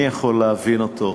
אני יכול להבין את זה.